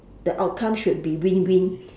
the outcome should be win win